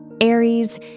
Aries